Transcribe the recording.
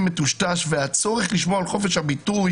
מטושטש והצורך לשמור על חופש הביטוי